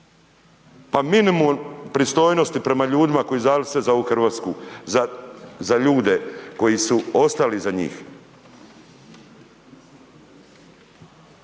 Pa minimum pristojnosti prema ljudima koji su dali sve za ovu RH, za ljude koji su ostali iza njih.